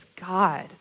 God